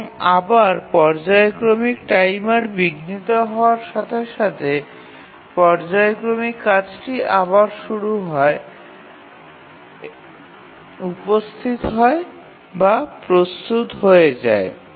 এবং আবার পর্যায়ক্রমিক টাইমার বিঘ্নিত হওয়ার সাথে সাথে পর্যায়ক্রমিক কাজটি আবার শুরু হয়ে যায় উপস্থিত হয় বা প্রস্তুত হয়ে যায়